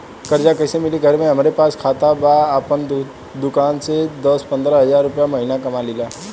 कर्जा कैसे मिली घर में हमरे पास खाता बा आपन दुकानसे दस पंद्रह हज़ार रुपया महीना कमा लीला?